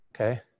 Okay